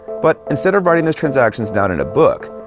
but instead of writing the transactions down in a book,